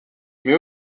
mais